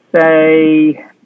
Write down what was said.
say